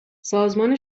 سازمان